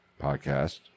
podcast